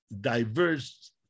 diverse